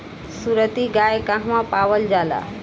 सुरती गाय कहवा पावल जाला?